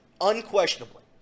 unquestionably